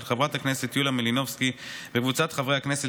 של חברת הכנסת יוליה מלינובסקי וקבוצת חברי הכנסת,